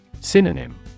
Synonym